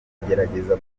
ukugerageza